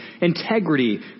integrity